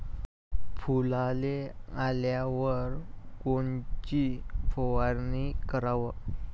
फुलाले आल्यावर कोनची फवारनी कराव?